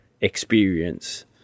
experience